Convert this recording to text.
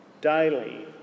daily